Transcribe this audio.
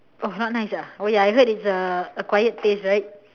oh not nice ah oh ya I heard it's a a quiet place right